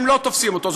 הם לא תופסים אותו.